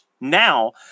now